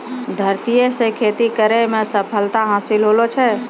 धरतीये से खेती करै मे सफलता हासिल होलो छै